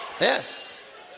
Yes